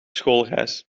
schoolreis